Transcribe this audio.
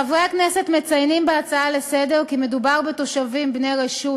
חברי הכנסת מציינים בהצעה לסדר-היום כי מדובר בתושבים בני רשות,